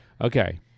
Okay